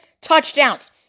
touchdowns